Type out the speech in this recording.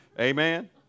Amen